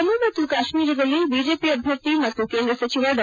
ಜಮ್ಮ ಮತ್ತು ಕಾಶ್ಮೀರದಲ್ಲಿ ಬಿಜೆಪಿ ಅಭ್ಯರ್ಥಿ ಮತ್ತು ಕೇಂದ್ರ ಸಚಿವ ಡಾ